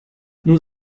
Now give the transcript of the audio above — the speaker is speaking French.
nous